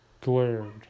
glared